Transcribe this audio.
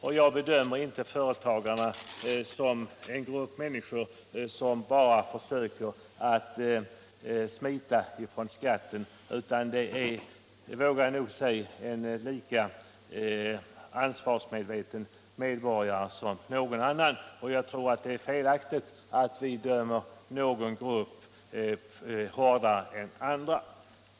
Jag bedömer inte företagarna som en grupp människor som bara försöker smita från skatten utan de är — det vågar jag säga — lika ansvarsmedvetna medborgare som någon annan. Jag tror det är felaktigt att döma någon grupp hårdare än andra.